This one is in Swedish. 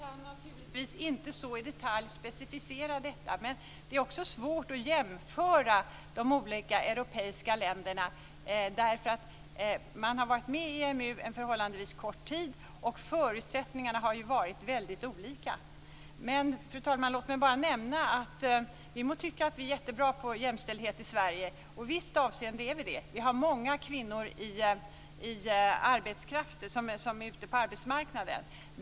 Fru talman! Jag kan naturligtvis inte så i detalj specificera detta, men det är också svårt att jämföra de olika europeiska länderna. Man har varit med i EMU en förhållandevis kort tid, och förutsättningarna har ju varit väldigt olika. Fru talman! Låt mig bara nämna att vi må tycka att vi är jättebra på jämställdhet i Sverige. I visst avseende är vi det. Vi har många kvinnor ute på arbetsmarknaden.